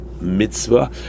mitzvah